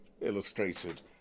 illustrated